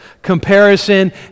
comparison